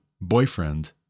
boyfriend